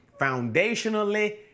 foundationally